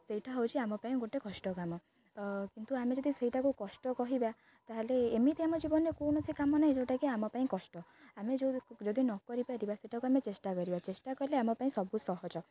ସେଇଟା ହେଉଛି ଆମ ପାଇଁ ଗୋଟେ କଷ୍ଟ କାମ କିନ୍ତୁ ଆମେ ଯଦି ସେଇଟାକୁ କଷ୍ଟ କହିବା ତା'ହେଲେ ଏମିତି ଆମ ଜୀବନରେ କୌଣସି କାମ ନାହିଁ ଯେଉଁଟାକି ଆମ ପାଇଁ କଷ୍ଟ ଆମେ ଯେଉଁ ଯଦି ନ କରିରିପାରିବା ସେଇଟାକୁ ଆମେ ଚେଷ୍ଟା କରିବା ଚେଷ୍ଟା କଲେ ଆମ ପାଇଁ ସବୁ ସହଜ